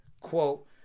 Quote